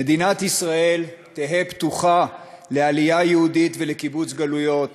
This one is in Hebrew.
"מדינת ישראל תהא פתוחה לעלייה יהודית ולקיבוץ גלויות,